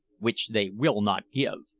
which they will not give.